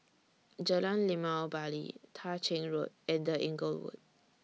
Jalan Limau Bali Tah Ching Road and The Inglewood